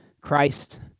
Christ